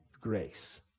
grace